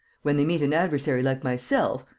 when they meet an adversary like myself,